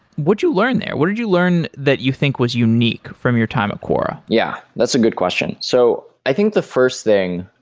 what did you learn there? what did you learn that you think was unique from your time at quora? yeah, that's a good question. so i think the first thing,